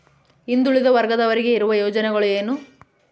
ಹಿಂದುಳಿದ ವರ್ಗದವರಿಗೆ ಇರುವ ಯೋಜನೆಗಳು ಏನು?